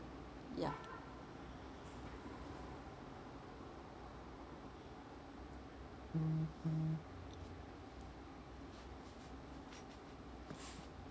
yeah